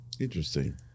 Interesting